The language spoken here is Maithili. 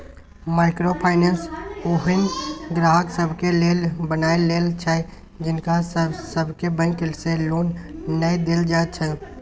माइक्रो फाइनेंस ओहेन ग्राहक सबके लेल बनायल गेल छै जिनका सबके बैंक से लोन नै देल जाइत छै